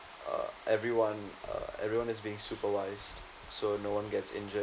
uh everyone uh everyone is being supervised so no one gets injured